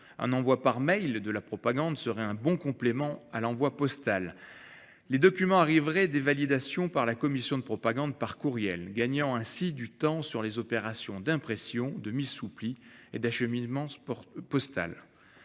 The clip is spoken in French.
Un envoi par mail de la propagande serait un bon complément à l'envoi postal. Les documents arriveraient des validations par la commission de propagande par courriel, gagnant ainsi du temps sur les opérations d'impression, de missoupli et d'acheminement postal.